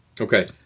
Okay